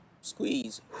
squeeze